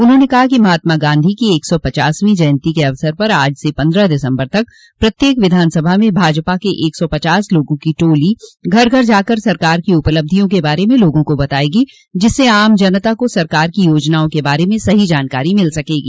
उन्होंने कहा कि महात्मा गॉधी की एक सौ पचासवी जयंती के अवसर पर आज से पन्द्रह दिसम्बर तक प्रत्येक विधानसभा में भाजपा के एक सौ पचास लोगों की टोली घर घर जाकर सरकार की उपलब्धियों के बारे में लोगों को बतायेगी जिससे आम जनता को सरकार की योजनाओं के बार में सही जानकारी मिल सकेगी